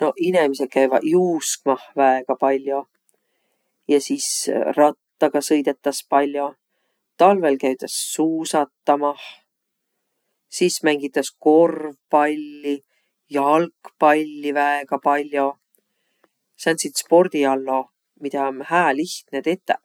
Noq inemiseq käüväq juuskmah väega pall'o. Ja sis rattagaq sõidõtas pall'o. Talvõl käüdäs suusatamah. Sis mängitäs korvpalli, jalgpalli väega pall'o. Sääntsit spordiallo, midä om hää lihtne tetäq.